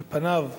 על פניו,